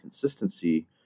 consistency